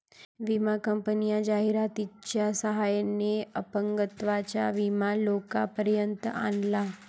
विमा कंपन्यांनी जाहिरातीच्या सहाय्याने अपंगत्वाचा विमा लोकांपर्यंत आणला